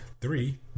three